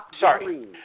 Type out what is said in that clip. Sorry